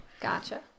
Gotcha